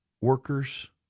workers